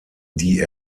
die